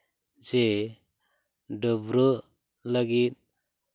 ᱥᱮ ᱰᱟᱹᱵᱽᱨᱟᱹᱜ ᱞᱟᱹᱜᱤᱫ